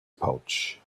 pouch